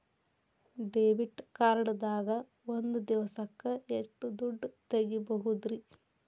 Debit card ದಾಗ ಒಂದ್ ದಿವಸಕ್ಕ ಎಷ್ಟು ದುಡ್ಡ ತೆಗಿಬಹುದ್ರಿ?